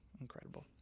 incredible